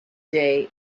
day